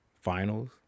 Finals